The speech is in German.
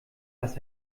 was